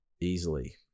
easily